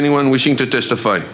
anyone wishing to testify